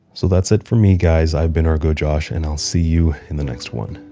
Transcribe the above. so, that's it from me, guys. i've been ergo josh, and i'll see you in the next one.